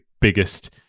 biggest